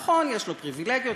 נכון, יש לו פריבילגיות.